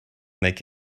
make